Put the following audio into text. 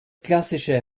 klassische